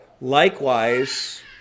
Likewise